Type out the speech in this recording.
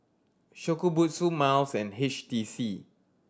Shokubutsu Miles and H T C